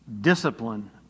discipline